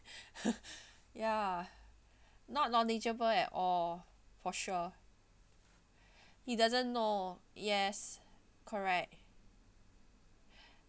ya not knowledgeable at all for sure he doesn't know yes correct